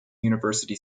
university